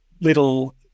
little